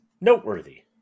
noteworthy